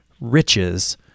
riches